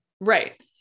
Right